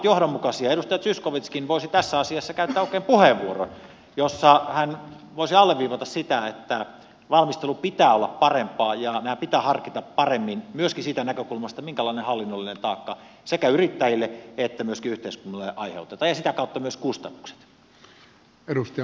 edustaja zyskowiczkin voisi tässä asiassa käyttää oikein puheenvuoron jossa hän voisi alleviivata sitä että valmistelun pitää olla parempaa ja nämä pitää harkita paremmin myöskin siitä näkökulmasta minkälainen hallinnollinen taakka sekä yrittäjille että myöskin yhteiskunnalle aiheutetaan ja sitä kautta myös kustannukset